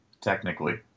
technically